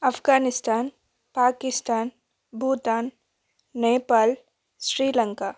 Afghanistan Pakistan Bhutan Nepal Sri Lanka